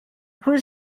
pwy